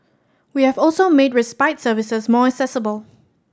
we have also made respite services more accessible